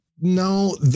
no